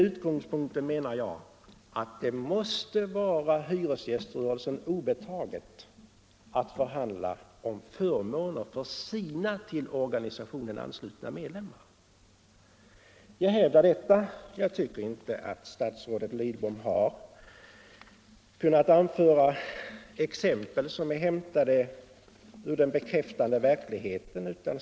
Därutöver menar jag att det måste vara hyresgästorganisationen obetaget att förhandla fram förmåner för till organisationen anslutna medlemmar. Jag hävdar detta, och jag tycker inte att statsrådet Lidbom har kunnat anföra exempel som är hämtade ur den bekräftade verkligheten.